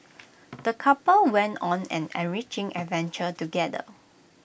the couple went on an enriching adventure together